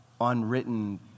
unwritten